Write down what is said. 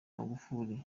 magufuli